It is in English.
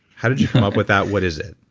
how did you come up with that? what is it?